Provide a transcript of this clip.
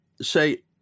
say